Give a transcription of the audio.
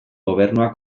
gobernuak